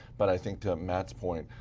but i think, to matt's point,